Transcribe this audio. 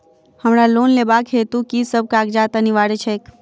हमरा लोन लेबाक हेतु की सब कागजात अनिवार्य छैक?